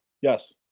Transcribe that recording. Yes